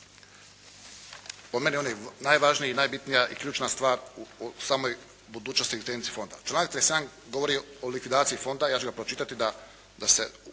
Po meni on je najvažnija, najbitnija i ključna stvar u samoj egzistenciji i budućnosti Fonda. Članak 37. govori o likvidaciji Fonda. Ja ću ga pročitati da se